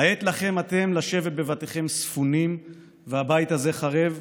העת לכם אתם לשבת בבתיכם ספונים והבית הזה חרב,